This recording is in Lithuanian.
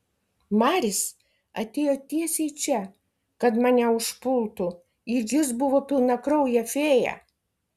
maris atėjo tiesiai čia kad mane užpultų ir jis buvo pilnakraujė fėja